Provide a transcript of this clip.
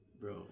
Bro